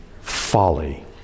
folly